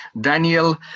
Daniel